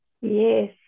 Yes